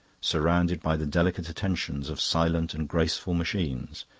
surrounded by the delicate attentions of silent and graceful machines,